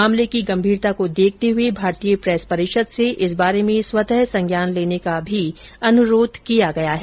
मामले की गंभीरता को देखते हुए भारतीय प्रेस परिषद से इस बारे में स्वतः संज्ञान लेने का भी अनुरोध किया गया है